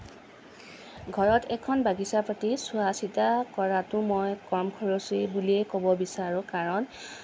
ঘৰত এখন বাগিচা পাতি চোৱা চিতা কৰাটো মই কম খৰচী বুলিয়েই ক'ব বিচাৰোঁ কাৰণ